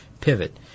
pivot